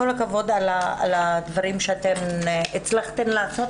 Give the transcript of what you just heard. כל הכבוד על הדברים שאתן הצלחתן לעשות,